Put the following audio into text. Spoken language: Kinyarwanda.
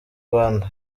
rwanda